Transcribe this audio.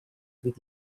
with